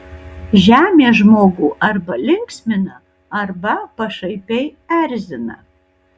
žemė žmogų arba linksmina arba pašaipiai erzina